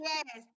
Yes